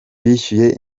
bishyuye